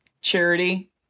charity